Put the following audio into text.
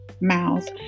mouth